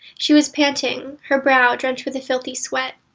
she was panting, her brow drenched with a filthy sweat.